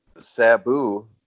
Sabu